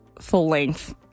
full-length